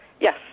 Yes